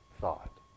thought